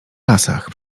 lasach